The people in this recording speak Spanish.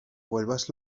vuelvas